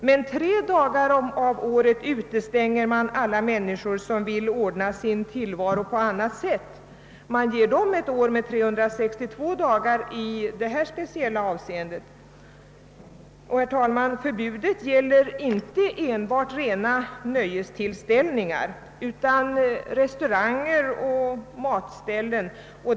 Men tre dagar om året utestänger de andra människor som vill ordna sin tillvaro på ett annat sätt. De ger dem ett år med 362 dagar i detta speciella avseende. Detta förbud, herr talman, gäller inte enbart rena nöjestillställningar, utan även restauranger och matställen omfattas av detsamma.